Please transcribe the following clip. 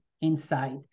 inside